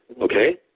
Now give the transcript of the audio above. Okay